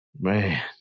Man